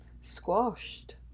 squashed